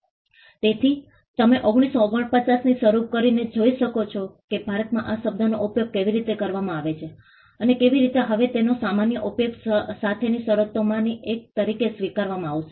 તેથી તમે 1949 થી શરૂ કરીને જોઈ શકો છો કે ભારતમાં આ શબ્દનો ઉપયોગ કેવી રીતે કરવામાં આવે છે અને કેવી રીતે હવે તેને સામાન્ય ઉપયોગ સાથેની શરતોમાંની એક તરીકે સ્વીકારવામાં આવશે